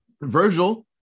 Virgil